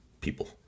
people